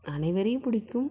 அனைவரையும் பிடிக்கும்